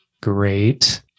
Great